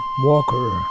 Walker